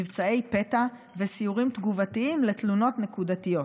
מבצעי פתע וסיורים תגובתיים על תלונות נקודתיות.